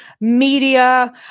media